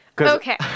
Okay